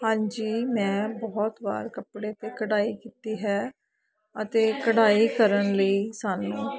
ਹਾਂਜੀ ਮੈਂ ਬਹੁਤ ਵਾਰ ਕੱਪੜੇ 'ਤੇ ਕਢਾਈ ਕੀਤੀ ਹੈ ਅਤੇ ਕਢਾਈ ਕਰਨ ਲਈ ਸਾਨੂੰ